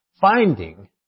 Finding